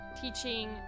Teaching